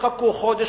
יחכו חודש,